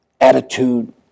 attitude